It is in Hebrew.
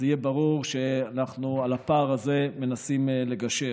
אז יהיה ברור שעל הפער הזה אנחנו מנסים לגשר.